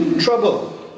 Trouble